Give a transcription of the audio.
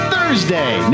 Thursday